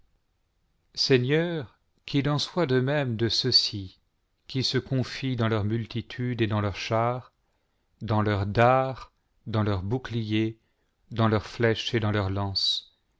seigneur qu'il en soit de même de ceux-ci qui se confient dans leur multitude et dans leurs chars dans leurs dards dans leurs boucliers dans leurs flèches et dans leurs lances